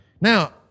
Now